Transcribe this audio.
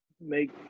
make